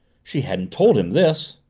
she hadn't told him this!